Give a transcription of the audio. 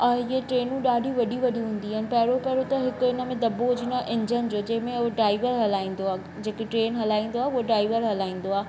ऐं हीअ ट्रेनूं ॾाढियूं वॾी वॾी हूंदी आहिनि पहिरीं पहिरीं त हिक हिनमें दॿो हुजनो आहे इन्जन जो जंहिंमें उहो ड्राइवर हलाईंदो आहे जेकी ट्रेन हलाईंदो आहे हुओ ड्राइवर हलाईंदो आहे